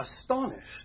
astonished